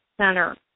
Center